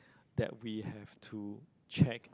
that we have to check